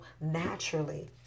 naturally